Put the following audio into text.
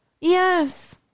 yes